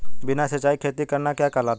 बिना सिंचाई खेती करना क्या कहलाता है?